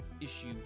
Issue